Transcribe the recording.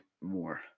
more